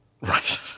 right